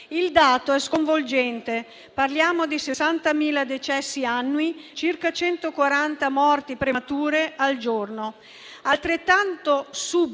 Il dato è sconvolgente: parliamo di 60.000 decessi annui, ossia circa 140 morti premature al giorno.